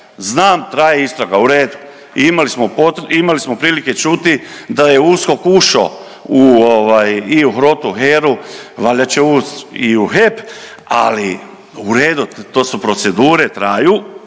Znam traje istraga u redu. I imali smo prilike čuti da je USKOK ušao i u HROTE, u HERA-u, valjda će ući i u HEP, ali u redu to su procedure traju,